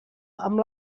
amb